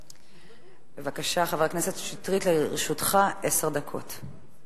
בבקשה, חבר הכנסת שטרית, לרשותך עשר דקות.